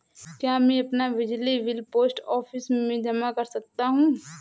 क्या मैं अपना बिजली बिल पोस्ट ऑफिस में जमा कर सकता हूँ?